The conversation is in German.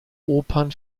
opern